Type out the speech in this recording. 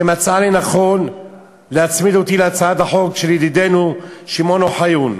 שמצאה לנכון להצמיד אותי להצעת החוק של ידידנו שמעון אוחיון.